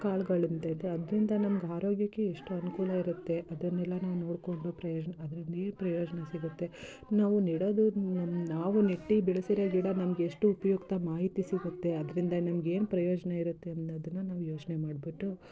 ಕಾಳ್ಗಳು ಅಂತ ಇದೆ ಅದರಿಂದ ನಮ್ಗೆ ಆರೋಗ್ಯಕ್ಕೆ ಎಷ್ಟು ಅನುಕೂಲ ಇರುತ್ತೆ ಅದನ್ನೆಲ್ಲ ನಾವು ನೋಡಿಕೊಂಡು ಪ್ರಯೋಜನ ಅದರಲ್ಲಿ ಪ್ರಯೋಜನ ಸಿಗುತ್ತೆ ನಾವು ನೆಡಬಹ್ದು ನಾವು ನೆಟ್ಟು ಬೆಳೆಸಿರೋ ಗಿಡ ನಮ್ಗೆ ಎಷ್ಟು ಉಪಯುಕ್ತ ಮಾಹಿತಿ ಸಿಗುತ್ತೆ ಅದರಿಂದ ನಮ್ಗೆ ಏನು ಪ್ರಯೋಜನ ಇರುತ್ತೆ ಅನ್ನೋದನ್ನು ನಾವು ಯೋಚನೆ ಮಾಡಿಬಿಟ್ಟು